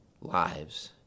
lives